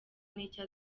n’icyo